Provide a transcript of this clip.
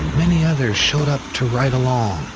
many others showed up to ride along.